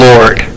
Lord